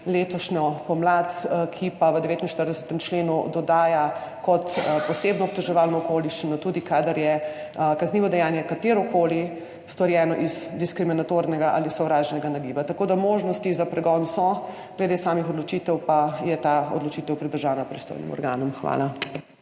letošnjo pomlad, ki pa v 49. členu dodaja kot posebno obtoževalno okoliščino, tudi kadar je kaznivo dejanje, katerokoli, storjeno iz diskriminatornega ali sovražnega nagiba, tako da možnosti za pregon so, glede samih odločitev pa je ta odločitev pridržana pristojnim organom. Hvala.